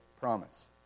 promise